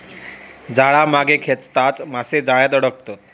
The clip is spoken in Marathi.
जाळा मागे खेचताच मासे जाळ्यात अडकतत